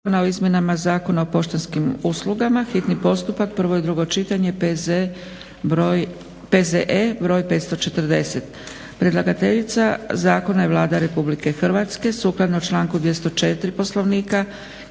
zakona o izmjenama Zakona o poštanskim uslugama, hitni postupak, prvo i drugo čitanje, P.Z.E. br. 540 Predlagateljica zakona je Vlada RH. Sukladno članku 204. Poslovnika